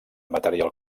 material